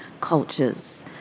cultures